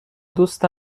دوست